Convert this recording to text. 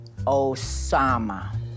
Osama